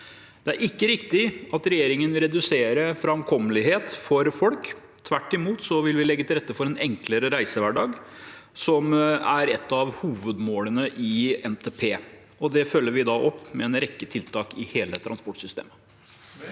Det er ikke riktig at regjeringen vil redusere framkommelighet for folk. Tvert imot vil vi legge til rette for en enklere reisehverdag, som er et av hovedmålene i NTP. Det følger vi opp med en rekke tiltak i hele transportsystemet.